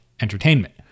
Entertainment